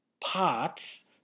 parts